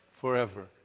forever